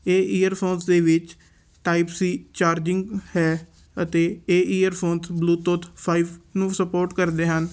ਇਹ ਈਅਰਫੋਨਸ ਦੇ ਵਿੱਚ ਟਾਈਪ ਸੀ ਚਾਰਜਿੰਗ ਹੈ ਅਤੇ ਇਹ ਈਅਰਫੋਨਸ ਬਲੂਟੁੱਥ ਫਾਈਵ ਨੂੰ ਸਪੋਰਟ ਕਰਦੇ ਹਨ